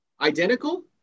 Identical